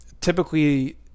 typically